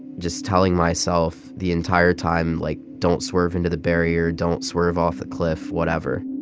just telling myself the entire time, like, don't swerve into the barrier, don't swerve off the cliff, whatever